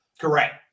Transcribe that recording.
Correct